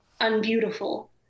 unbeautiful